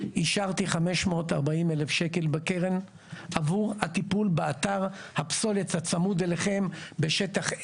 אישרתי 540 אלף שקל בקרן עבור הטיפול באתר הפסולת הצמוד אליכם בשטח A,